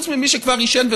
חוץ ממי שכבר עישן,